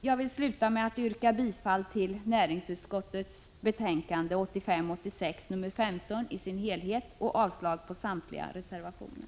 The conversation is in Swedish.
Jag vill avsluta med att yrka bifall till hemställan i dess helhet i näringsutskottets betänkande 1985/86:15 och avslag på samtliga reservationer.